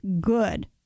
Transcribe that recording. good